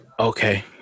Okay